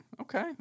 okay